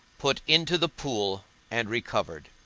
put into the pool and recovered